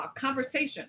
conversation